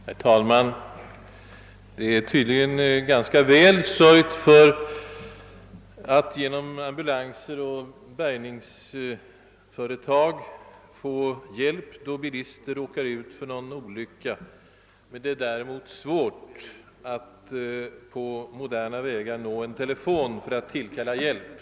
Herr talman! Det är tydligen ganska väl sörjt för att bilister skall kunna få hjälp av ambulanser och bärgningsföretag då de råkar ut för någon olycka. Däremot är det svårt att på moderna vägar nå en telefon för att tillkalla bistånd.